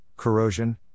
corrosion